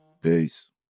peace